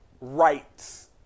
rights